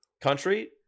country